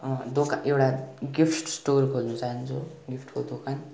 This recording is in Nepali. दिकान एउटा एउटा गिफ्ट स्टोर खोल्नु चाहन्छु गिफ्टको दोकान